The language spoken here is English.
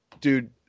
dude